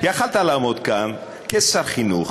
סך הכול עלה חבר כנסת שאני חושב שמבין בחינוך